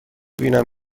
بینم